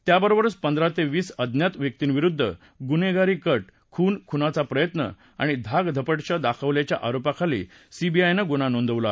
त्याबरोबरच पंधरा ते वीस अज्ञात व्यक्तींविरुद्ध गुन्हेगारी कट खून खुनाचा प्रयत्न आणि धाकधकटशा दाखवल्याच्या आरोपाखाली सीबीआयनं गुन्हा नोंदवला आहे